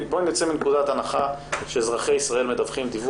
בואי נצא מנקודת הנחה שאזרחי ישראל מדווחים דיווח אמת,